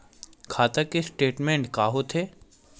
खाता के स्टेटमेंट का होथे?